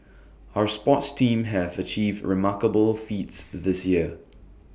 our sports teams have achieved remarkable feats the this year